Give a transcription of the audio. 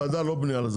הוועדה לא בנויה לזה,